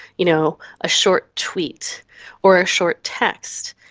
you know, a short tweet or a short text.